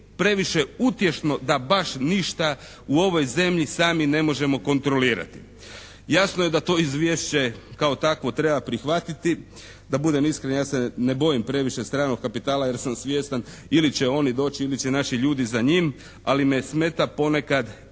previše utješno da baš ništa u ovoj zemlji sami ne možemo kontrolirati. Jasno da to izvješće kao takvo treba prihvatiti. Da budem iskren ja se ne bojim previše stranog kapitala jer sam svjestan ili će oni doći ili će naši ljudi za njim ali me smeta ponekad